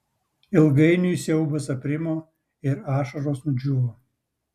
ilgainiui siaubas aprimo ir ašaros nudžiūvo